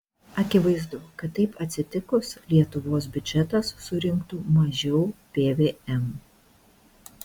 akivaizdu kad taip atsitikus lietuvos biudžetas surinktų mažiau pvm